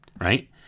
right